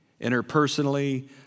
Interpersonally